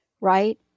right